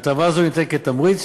הטבה זו ניתנת כתמריץ,